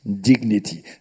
dignity